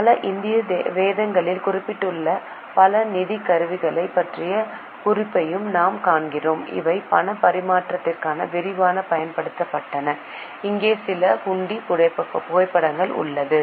பல இந்திய வேதங்களில் குறிப்பிடப்பட்டுள்ள பல நிதிக் கருவிகளைப் பற்றிய குறிப்பையும் நாம் காண்கிறோம் அவை பணப் பரிமாற்றத்திற்காக விரிவாகப் பயன்படுத்தப்பட்டன இங்கே சில ஹூண்டிகளின் புகைப்படங்கள் உள்ளன